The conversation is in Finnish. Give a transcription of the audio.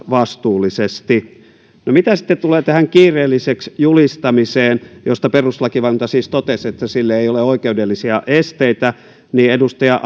vastuullisesti mitä sitten tulee tähän kiireelliseksi julistamiseen josta perustuslakivaliokunta siis totesi että sille ei ole oikeudellisia esteitä niin edustaja